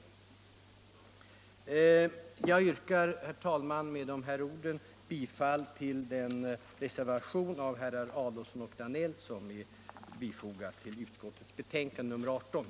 13 maj 1975 Jag yrkar, herr talman, bifall till reservationen av herr Adolfsson och herr Danell. Ersättning vid lokal trafikreglering